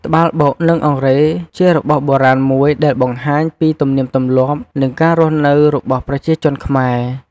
ត្បាល់បុក និងអង្រែជារបស់បុរាណមួយដែលបង្ហាញពីទំនៀមទំលាប់ និងការរស់នៅរបស់ប្រជាជនខ្មែរ។